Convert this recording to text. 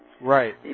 Right